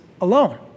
alone